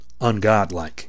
ungodlike